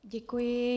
Děkuji.